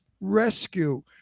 Rescue